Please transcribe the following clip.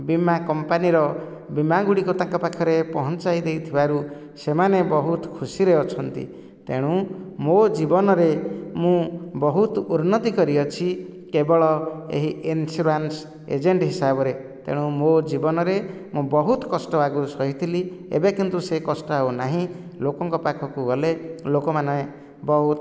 ବୀମା କମ୍ପାନୀର ବୀମା ଗୁଡ଼ିକ ତାଙ୍କ ପାଖରେ ପହଞ୍ଚାଇ ଦେଇଥିବାରୁ ସେମାନେ ବହୁତ ଖୁସିରେ ଅଛନ୍ତି ତେଣୁ ମୋର ଜୀବନରେ ମୁଁ ବହୁତ ଉନ୍ନତି କରିଅଛି କେବଳ ଏହି ଇନ୍ସୁରାନ୍ସ ଏଜେଣ୍ଟ ହିସାବରେ ତେଣୁ ମୋ ଜୀବନରେ ମୁଁ ବହୁତ କଷ୍ଟ ଆଗରୁ ସହିଥିଲି ଏବେ କିନ୍ତୁ ସେ କଷ୍ଟ ଆଉ ନାହିଁ ଲୋକଙ୍କ ପାଖକୁ ଗଲେ ଲୋକମାନେ ବହୁତ